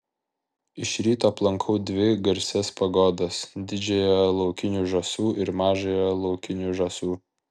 iš ryto aplankau dvi garsias pagodas didžiąją laukinių žąsų ir mažąją laukinių žąsų